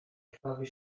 krwawy